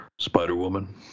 Spider-Woman